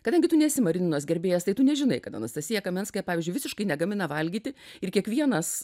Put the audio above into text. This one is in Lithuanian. kadangi tu nesi marininos gerbėjas tai tu nežinai kada anastasija kamenskaja pavyzdžiui visiškai negamina valgyti ir kiekvienas